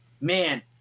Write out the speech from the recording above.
Man